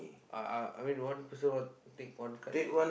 uh I I mean one person want take one card or not